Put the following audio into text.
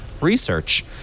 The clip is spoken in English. research